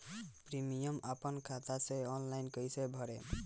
Premium अपना खाता से ऑनलाइन कईसे भरेम?